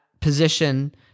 position